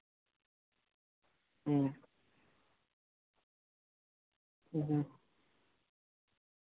ᱦᱩᱸ